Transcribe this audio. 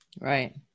Right